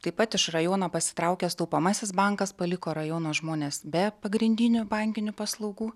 taip pat iš rajono pasitraukęs taupomasis bankas paliko rajono žmones be pagrindinių bankinių paslaugų